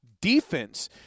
defense